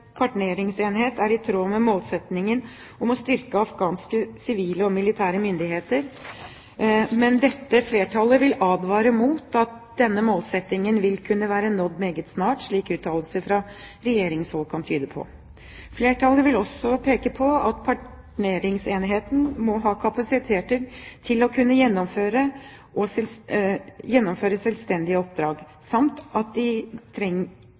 er i tråd med målsettingen om å styrke afghanske sivile og militære myndigheter. Men dette flertallet vil advare mot at denne målsettingen vil kunne være nådd meget snart, slik uttalelser fra regjeringshold kan tyde på. Flertallet vil også peke på at partneringsenheten må ha kapasitet til å kunne gjennomføre selvstendige oppdrag, samt at de trenger nødvendig og moderne utrustning. Flertallet forutsetter også at